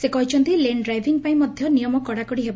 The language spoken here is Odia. ସେ କହିଛନ୍ତି ଲେନ୍ ଡ୍ରାଇଭିଂ ପାଇଁ ମଧ୍ଧ ନିୟମ କଡ଼ାକଡ଼ି ହେବ